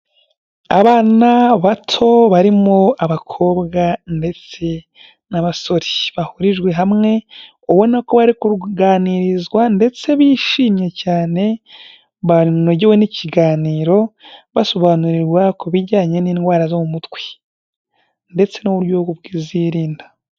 Abana bato barimo abakobwa ndetse n'abasore, bahurijwe hamwe, ubona ko bari kuganirizwa ndetse bishimye cyane, banogewe n'ikiganiro basobanurirwa ku bijyanye n'indwara zo mu mutwe ndetse n'uburyo bwo kuzirinda.